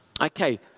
okay